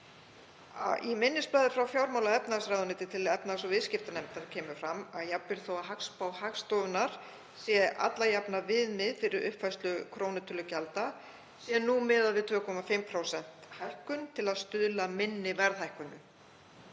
Í minnisblaði frá fjármála- og efnahagsráðuneyti til efnahags- og viðskiptanefndar kemur fram að jafnvel þótt hagspá Hagstofunnar sé alla jafna viðmið fyrir uppfærslu krónutölugjalda sé nú miðað við 2,5% hækkun til að stuðla að minni verðhækkunum.